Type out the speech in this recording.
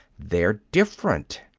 they're different.